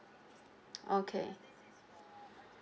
okay